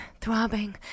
throbbing